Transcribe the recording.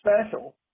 special